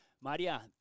maria